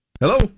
Hello